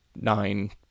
nine